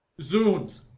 zounds,